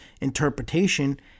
interpretation